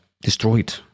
destroyed